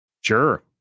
Sure